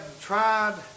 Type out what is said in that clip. tried